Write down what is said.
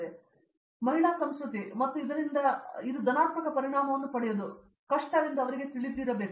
ಶಬ್ರಿ ಲಾಲ್ ಮಹಿಳಾ ಸಂಸ್ಕೃತಿ ಮತ್ತು ಅದರಿಂದ ಇದು ಧನಾತ್ಮಕ ಪರಿಣಾಮವನ್ನು ಪಡೆಯುವುದು ಕಷ್ಟವೆಂದು ಅವರಿಗೆ ತಿಳಿದಿಲ್ಲದಿದ್ದರೆ